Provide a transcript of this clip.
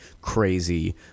crazy